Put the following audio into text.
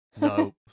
no